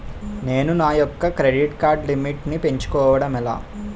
నేను నా యెక్క క్రెడిట్ కార్డ్ లిమిట్ నీ పెంచుకోవడం ఎలా?